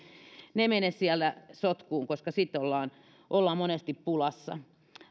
ne mene siellä sotkuun koska sitten ollaan ollaan monesti pulassa